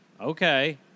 Okay